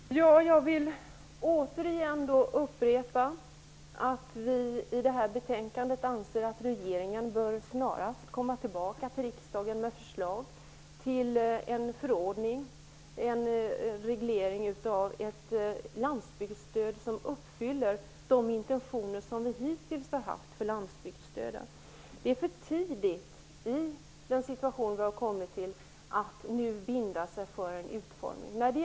Herr talman! Jag vill återigen upprepa att vi i detta betänkande anser att regeringen snarast bör komma tillbaka till riksdagen med förslag till en förordning, en reglering av ett landsbygdsstöd som uppfyller de intentioner som vi hittills har haft för landsbygdsstöd. Det är för tidigt att i nuvarande situation binda sig för en utformning.